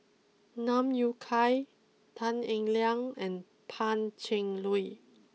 Yui Kai Tan Eng Liang and Pan Cheng Lui